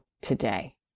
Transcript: today